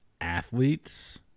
athletes